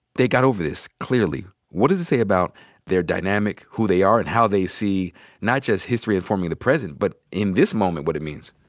they got over this clearly. what does it say about their dynamic, who they are, and how they see not just history informing the president, but in this moment what it means?